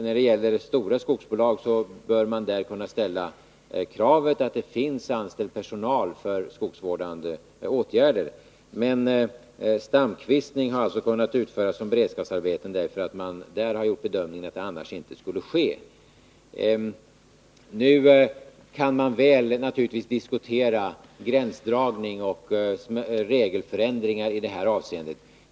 När det gäller stora skogsbolag bör man kunna ställa kravet att det skall finnas anställd personal för skogsvårdande åtgärder. Stamkvistning har emellertid kunnat utföras som beredskapsarbete, därför att man har gjort bedömningen att det annars inte skulle ha skett. Nu kan man naturligtvis diskutera gränsdragning och regelförändringar i detta avseende.